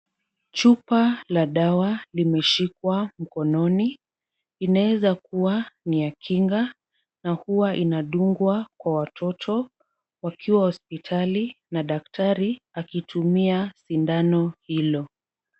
Chupa la dawa limeshikwa mkononi, inawezakuwa ni ya kinga na huwa inadungwa kwa watoto wakiwa hospitali na daktari akitumia sindano hilo.